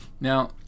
Now